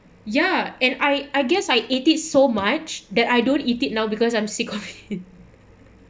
ya and I I guess I ate it so much that I don't eat it now because I'm sick of it